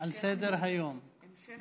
על סדר-היום: הצעת